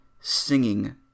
singing